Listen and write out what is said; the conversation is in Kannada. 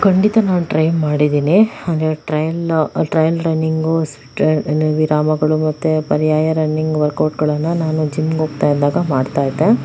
ಖಂಡಿತ ನಾನು ಟ್ರೈ ಮಾಡಿದ್ದೀನಿ ಅಂದರೆ ಟ್ರೈಲ್ಲು ಟ್ರೈಲ್ ರನ್ನಿಂಗು ರನ್ನಿಂಗ್ ವಿರಾಮಗಳು ಮತ್ತು ಪರ್ಯಾಯ ರನ್ನಿಂಗ್ ವರ್ಕೌಟ್ಗಳನ್ನು ನಾನು ಜಿಮ್ಗೋಗ್ತಾ ಇದ್ದಾಗ ಮಾಡ್ತಾ ಇದ್ದೆ